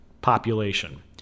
population